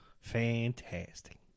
Fantastic